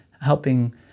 helping